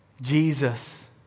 Jesus